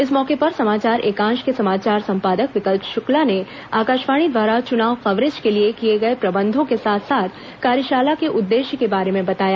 इस मौके पर समाचार एकांश के समाचार संपादक विकल्प शुक्ला ने आकाशवाणी द्वारा चुनाव कवरेज के लिए किए गए प्रबंधों के साथ साथ कार्यशाला के उद्देश्य के बारे में बताया